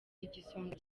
igisonga